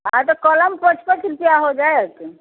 हँ तऽ कलम पाँच पाँच रुपआ हो जाएत